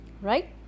right